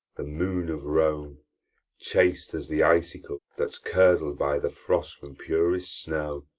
the moon of rome chaste as the icicle that's curded by the frost from purest snow,